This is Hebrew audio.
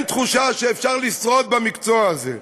אין תחושה שאפשר לשרוד במקצוע הזה.